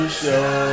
show